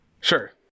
sure